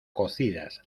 cocidas